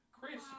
Chris